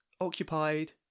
occupied